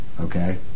okay